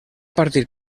partir